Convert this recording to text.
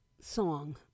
song